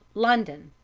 london,